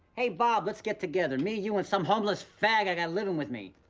hey bob, let's get together, me you, and some homeless fag i got living with me.